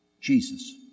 Jesus